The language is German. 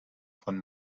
von